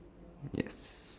yes